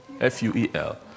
F-U-E-L